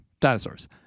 dinosaurs